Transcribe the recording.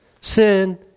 Sin